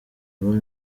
abami